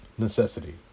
necessity